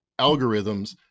algorithms